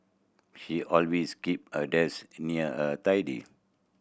she always keep her desk near and tidy